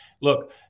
Look